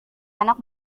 anak